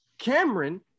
Cameron